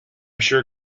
sure